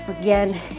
Again